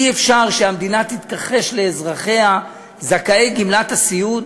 אי-אפשר שהמדינה תתכחש לאזרחיה זכאי גמלת הסיעוד,